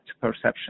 perception